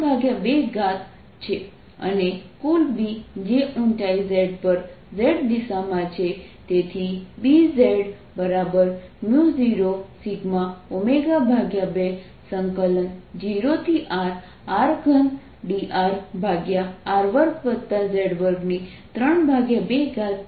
r2r2z232 Bzz0σω20Rr3drr2z232 અને કુલ B જે ઊંચાઈ z પર z દિશામાં છે તેથી Bzz0σω20Rr3drr2z232 છે